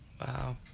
Wow